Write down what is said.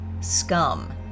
Scum